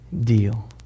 deal